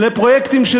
לפרויקטים של